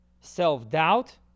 self-doubt